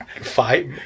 fight